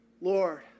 Lord